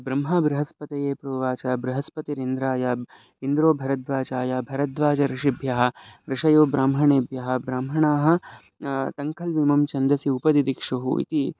ब्रह्म बृहस्पतये प्रोवाच बृहस्पतिरिन्द्राय इन्द्रोभारद्वाजाय भारद्वाजऋषिभ्यः ऋषयो ब्राह्मणेभ्यः ब्राह्मणाः तङ्कल् विवं छन्दसि उपरिदिक्षोः इति